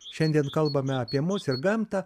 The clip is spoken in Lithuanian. šiandien kalbame apie mus ir gamtą